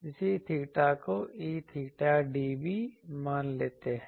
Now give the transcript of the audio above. इसी theta को 𝚹3dB मान लेते हैं